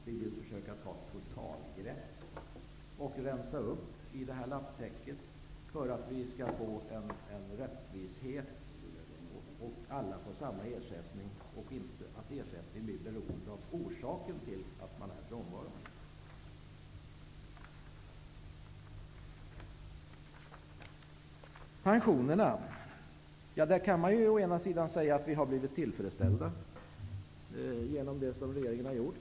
Vi vill försöka ta ett totalgrepp och rensa upp i detta lappverk för att få rättvisa. Alla skall få samma ersättning. Ersättningen skall inte vara beroende av orsaken till frånvaron. När det gäller pensionerna kan man säga att vi har blivit tillfredsställda genom det som regeringen har gjort.